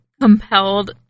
compelled